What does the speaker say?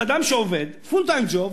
אדם שעובד "פול טיים ג'וב",